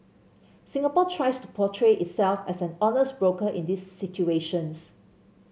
Singapore tries to portray itself as an honest broker in these situations